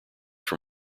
from